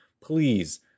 Please